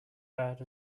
bad